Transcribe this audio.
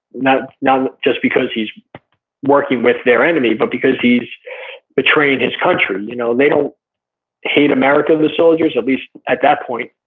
not not um because he's working with their enemy, but because he's betrayed his country. you know they don't hate america the soldiers, at least at that point.